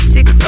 Six